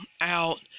out